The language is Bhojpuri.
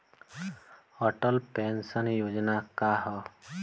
अटल पेंशन योजना का ह?